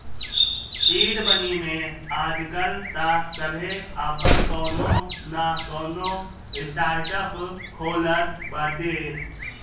seed money में आजकाल तअ सभे आपन कवनो नअ कवनो स्टार्टअप खोलत बाटे